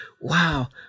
wow